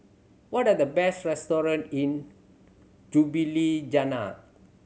what are the best restaurant in Ljubljana